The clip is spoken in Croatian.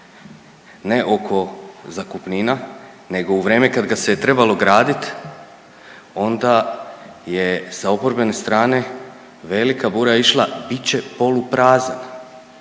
ne oko zakupnina nego u vrijeme kad ga se je trebalo graditi onda je sa oporbene strane velika bura išla bit će poluprazan,